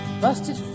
Busted